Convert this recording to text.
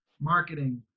marketing